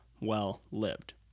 well-lived